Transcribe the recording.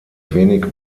wenig